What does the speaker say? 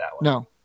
no